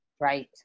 right